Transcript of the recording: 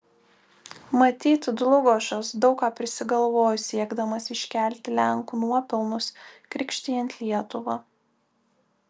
matyt dlugošas daug ką prisigalvojo siekdamas iškelti lenkų nuopelnus krikštijant lietuvą